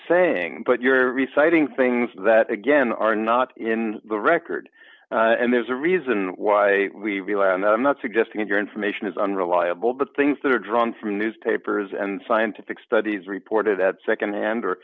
saying but you're reciting things that again are not in the record and there's a reason why we rely on the i'm not suggesting your information is unreliable but things that are drawn from newspapers and scientific studies reported at nd hand or